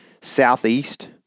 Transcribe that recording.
Southeast